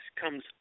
comes